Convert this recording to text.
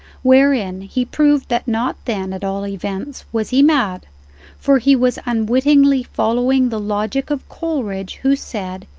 wherein he proved that not then, at all events, was he mad for he was unwittii following the logic of coleridge, who said,